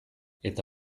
eta